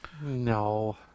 No